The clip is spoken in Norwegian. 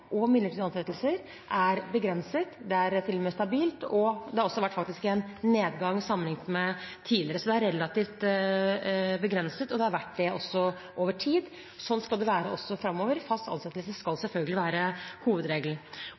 og midlertidige ansettelser er begrenset, det er til og med stabilt, og det har faktisk også vært en nedgang sammenlignet med tidligere. Så det er relativt begrenset, og det har det også vært over tid. Slik skal det være også framover – fast ansettelse skal selvfølgelig være hovedregelen.